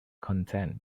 content